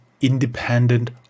independent